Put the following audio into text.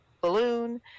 balloon